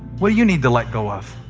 what do you need to let go of?